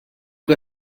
que